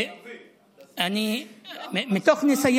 אני אסביר לך.